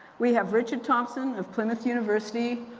we have richard thompson of plymouth university,